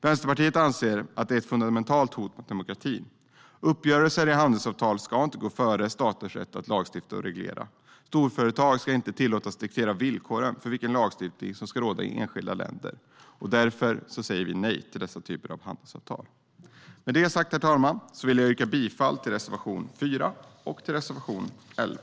Vänsterpartiet anser att dessa avtal är ett fundamentalt hot mot demokratin. Uppgörelser i handelsavtal ska inte gå före staters rätt att lagstifta och reglera. Storföretag ska inte tillåtas diktera villkoren för vilken lagstiftning som ska råda i enskilda länder. Därför säger vi nej till dessa typer av handelsavtal. Herr talman! Jag yrkar bifall till reservation 4 och till reservation 11.